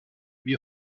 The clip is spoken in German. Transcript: wir